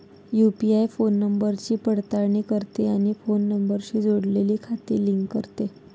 UPI phone नंबरची पडताळणी करते आणि फोन नंबरशी जोडलेली खाती लिंक करते